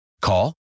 Call